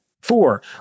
Four